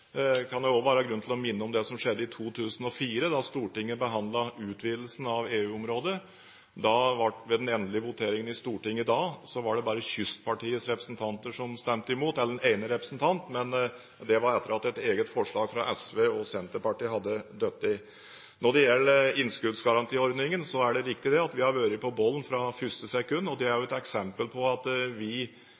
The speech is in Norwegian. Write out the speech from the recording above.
som skjedde i 2004, da Stortinget behandlet utvidelsen av EU-området. Ved den endelige voteringen i Stortinget da var det bare Kystpartiets ene representant som stemte imot, men det var etter at et eget forslag fra SV og Senterpartiet hadde falt. Når det gjelder innskuddsgarantiordningen, er det riktig at vi har vært på banen fra første sekund, og det er jo et eksempel på at vi